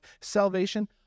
salvation